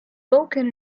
vulkan